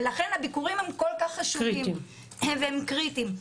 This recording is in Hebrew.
ולכן הביקורים הם כל כך חשובים והם קריטיים.